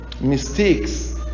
mistakes